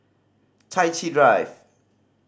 Chai Chee Drive